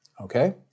Okay